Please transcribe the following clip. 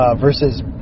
versus